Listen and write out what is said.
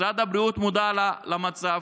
משרד הבריאות מודע למצב,